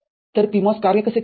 तर PMOS कार्य कसे करते